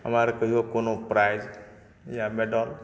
हमरा आर कहियो कोनो प्राइज या मेडल